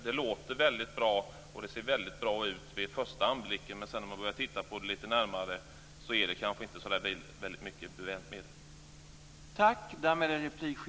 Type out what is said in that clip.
Det låter väldigt bra, och det ser väldigt bra ut vid första anblicken, men när man sedan börjar titta på det lite närmare är det kanske inte så där väldigt mycket bevänt med det.